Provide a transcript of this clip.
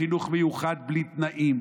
תמצא ילדי חינוך מיוחד בלי תנאים,